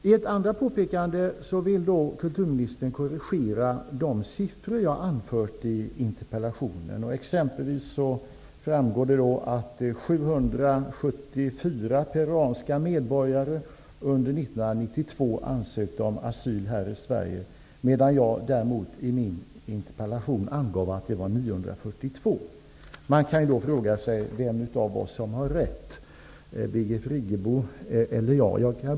I ett annat påpekande vill kulturministern korrigera de siffror jag anfört i interpellationen. Det framgår exempelvis att 774 peruanska medborgare ansökte om asyl här i Sverige under 1992, medan jag i min interpellation angav att det var 942. Man kan fråga sig vem av oss som har rätt -- Birgit Friggebo eller jag.